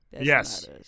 yes